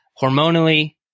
hormonally